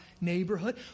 neighborhood